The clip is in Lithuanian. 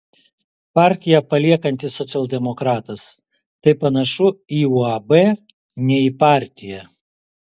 partiją paliekantis socialdemokratas tai panašu į uab ne į partiją